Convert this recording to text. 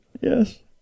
Yes